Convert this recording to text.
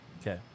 Okay